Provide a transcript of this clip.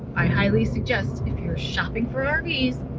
i highly suggest if you're shopping for um rvs,